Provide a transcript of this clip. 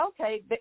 okay